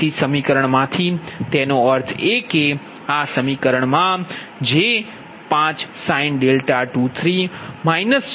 તેથી સમીકરણ માથી તેનો અર્થ એ કે આ સમીકરણમાં જે 5sinδ23 0